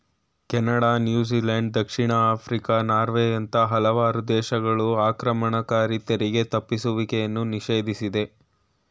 Canada, New Zealand, ದಕ್ಷಿಣ Africa, ನಾರ್ವೆಯಂತ ಹಲವಾರು ದೇಶಗಳು ಆಕ್ರಮಣಕಾರಿ ತೆರಿಗೆ ತಪ್ಪಿಸುವಿಕೆಯನ್ನು ನಿಷೇಧಿಸಿದೆ